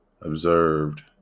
observed